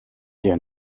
der